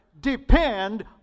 Depend